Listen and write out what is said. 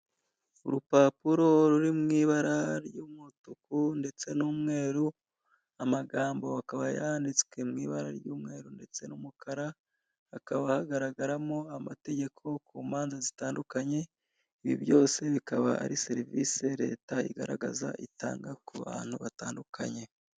Urupapuro ruri mu ibara ry'umutuku ndetse n'umweru, amagambo akaba yanditswe mu ibara ry'umweru ndetse n'umukara, hakaba hagaragaramo amategeko, ku manza zitandukanye, ibi byose bikaba ari serivisi leta igaragaza itanga ku bantu batandukanye.